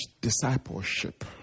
discipleship